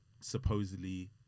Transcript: supposedly